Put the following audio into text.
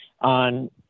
on